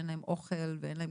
אוכל ואין להם